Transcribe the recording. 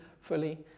fully